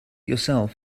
yourself